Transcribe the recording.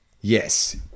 Yes